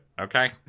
Okay